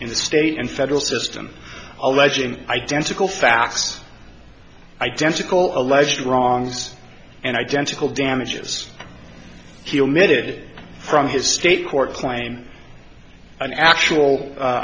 in the state and federal system alleging identical facts identical alleged wrongs and identical damages he'll needed from his state court claim an actual